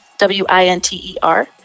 W-I-N-T-E-R